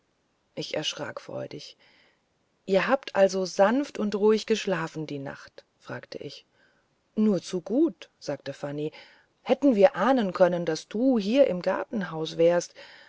ich erschrak freudig ihr habt also sanft und ruhig geschlafen die nacht fragte ich nur zu gut sagte fanny hätte mir ahnen können daß du hier im gartenhaus wärst